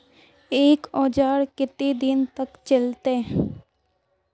एक औजार केते दिन तक चलते?